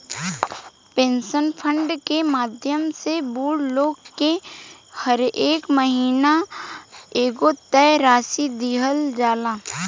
pension fund के माध्यम से बूढ़ लोग के हरेक महीना एगो तय राशि दीहल जाला